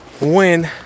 win